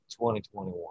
2021